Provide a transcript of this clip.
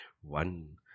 one